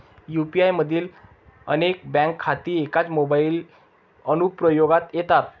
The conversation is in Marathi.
यू.पी.आय मधील अनेक बँक खाती एकाच मोबाइल अनुप्रयोगात येतात